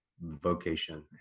vocation